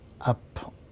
up